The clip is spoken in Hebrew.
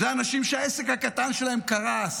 אלה האנשים שהעסק הקטן שלהם קרס,